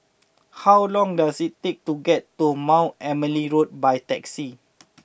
how long does it take to get to Mount Emily Road by taxi